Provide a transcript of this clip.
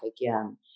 again